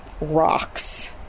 rocks